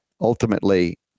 ultimately